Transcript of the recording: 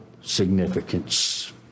significance